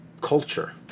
culture